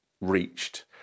reached